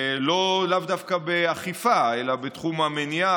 לאו דווקא באכיפה אלא בתחום המניעה.